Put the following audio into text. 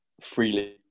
freely